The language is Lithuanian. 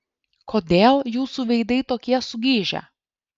kodėl jūsų veidai tokie sugižę